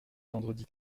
vendredi